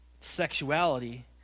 sexuality